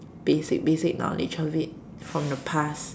basic basic knowledge of it from the past